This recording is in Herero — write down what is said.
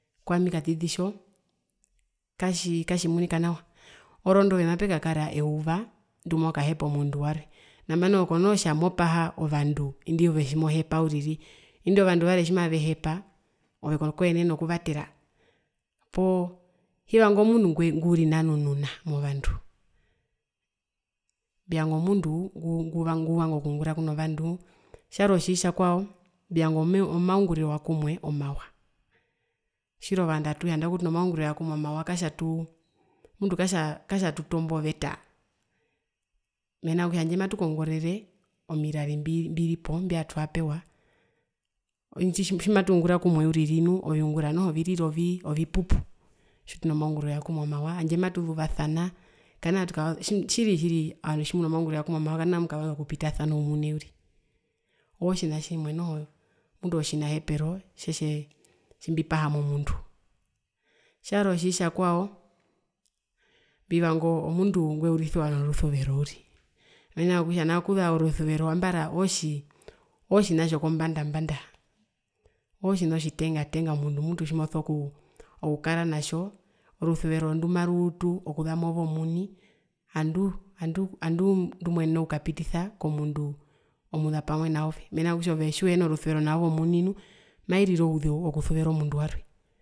Kwami katiti tjo katjii katjimunika nawa orondu ove mapekakara eyuva ndimokahepa omundu warwe nambano ove konoo tja mopaha ovandu indi ove tjimohepa uriri, indi ovandu varwe tjimavehepa ove kwenene okuvatera poo hivanga omundu ngurinanununa movandu, mbivanga omundu nguvanga okungura kuno vandu, tjarwe otjitjakwao mbiyanga omaunguriro wakumwe omawa tjiri nandaku atuhe tuno maunguriro wakumwe omawa tjiri katja tuu tutomba oveta. Mena rokutja tjandje matukongorere omirari mbiripo mbyatuapewa indu tjitji matungura kumwe uriri nu oviungura noho virira ovipupu tjituno maunguriro wakumwe omawa tjandje matuzuvasana kanaa tuvaza tjiri tjiri ovandu tjituno maunguriro wakumwe omawa kamaatuvasa okupitasana oumune uriri ootjina tjimwe noho tjinahepero tjimbipaha momundu, tjarwe otjitjakwao mbivanga omundu ngweurisiwa norusuveroo uriri mena rokutja nao kuza orusuvero ootjina tjokombanda mbanda ootjina otjitenga tenga omundu mutu tjimoso kuu kukara natjo orusuvero ndumaruutu okuza move omuni ngandu tjimoo ngandu tjimmwenene okukapitisa komundu omuza pamwe naove mena rokutja ove tjiuhina rusuvero naove omuni nu mairire ouzeu okusuvera omundu warwe.